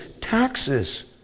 taxes